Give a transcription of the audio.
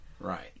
right